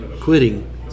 Quitting